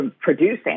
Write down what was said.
producing